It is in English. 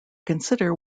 consider